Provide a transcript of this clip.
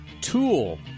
tool